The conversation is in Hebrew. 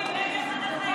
נגד כל דבר, בעד הכיסא.